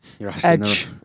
Edge